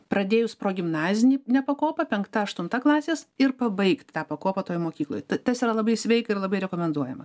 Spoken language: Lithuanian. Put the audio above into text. pradėjus progimnazinį ne pakopą penkta aštunta klasės ir pabaigt tą pakopą toj mokykloj tas yra labai sveika ir labai rekomenduojama